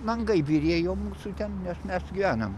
langai byrėjo mūsų ten nes mes gyvenam